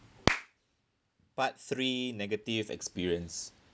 part three negative experience